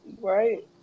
right